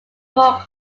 more